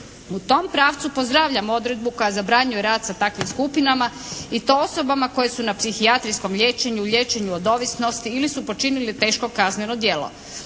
U tom pravcu pozdravljam odredbu koja zabranjuje rad sa takvim skupinama i to osobama koje su na psihijatrijskom liječenju, liječenju od ovisnosti ili su počinili teško kazneno djelo.